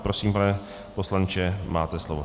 Prosím, pane poslanče, máte slovo.